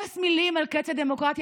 אפס מילים על קץ הדמוקרטיה.